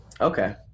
Okay